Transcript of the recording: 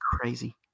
Crazy